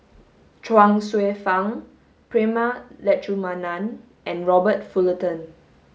Chuang Hsueh Fang Prema Letchumanan and Robert Fullerton